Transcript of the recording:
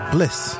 Bliss